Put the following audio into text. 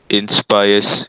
inspires